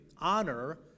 honor